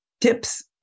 tips